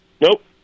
Nope